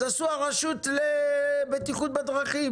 אז עשו הרשות לבטיחות בדרכים.